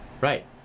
Right